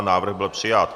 Návrh byl přijat.